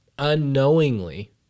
Unknowingly